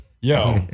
Yo